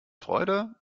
freude